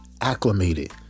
acclimated